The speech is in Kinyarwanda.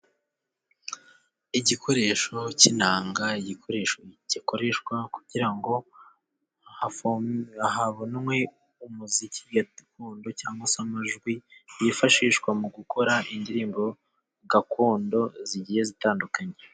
Igikoresho cy'inanga, igikoresho gikoreshwa kugira ngo habonwe umuziki gakondo cyangwa se amajwi yifashishwa mu gukora indirimbo gakondo zigiye zitandukanye.